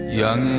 young